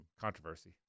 controversy